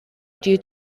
due